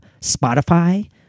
Spotify